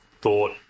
thought